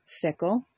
fickle